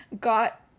got